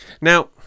now